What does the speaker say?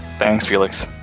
thanks, felix